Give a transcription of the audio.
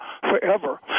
forever